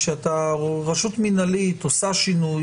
כשרשות מינהלית עושה שינוי,